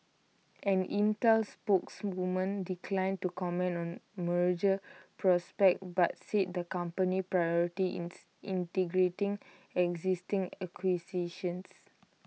an Intel spokeswoman declined to comment on merger prospects but said the company's priority is integrating existing acquisitions